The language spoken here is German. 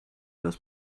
das